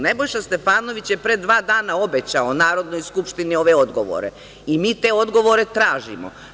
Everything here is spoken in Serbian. Nebojša Stefanović je pre dva dana obećao Narodnoj skupštini ove odgovore i mi te odgovore tražimo.